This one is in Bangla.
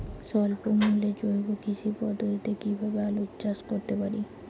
স্বল্প মূল্যে জৈব কৃষি পদ্ধতিতে কীভাবে আলুর চাষ করতে পারি?